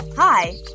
Hi